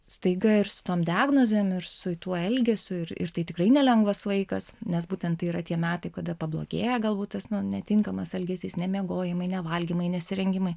staiga ir su tom diagnozėm ir su tuo elgesiu ir ir tai tikrai nelengvas laikas nes būtent tai yra tie metai kada pablogėja galbūt tas nu netinkamas elgesys nemiegojimai nevalgymai nesirengimai